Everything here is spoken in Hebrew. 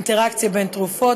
אינטראקציה בין תרופות,